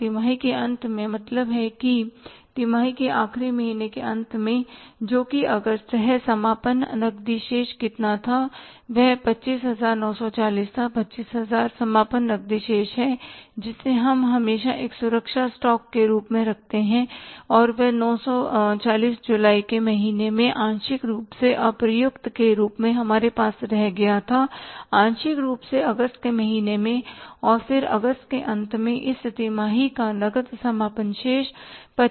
और तिमाही के अंत में मतलब है कि तिमाही के आखिरी महीने के अंत में जोकि अगस्त है समापन नकदी शेष कितना था वह 25940 था 25000 समापन नकदी शेष है जिसे हम हमेशा एक सुरक्षा स्टॉक के रूप में रखते हैं और वह 940 जुलाई के महीने में आंशिक रूप से अप्रयुक्त के रूप में हमारे पास रह गया था आंशिक रूप से अगस्त के महीने में और फिर अगस्त के अंत में इस तिमाही का नकद समापन शेष 25940 था